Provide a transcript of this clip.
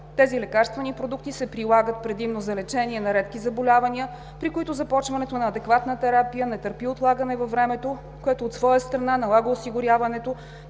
Тези лекарствени продукти се прилагат предимно за лечение на редки заболявания, при които започването на адекватна терапия не търпи отлагане във времето, което от своя страна налага осигуряването